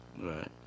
Right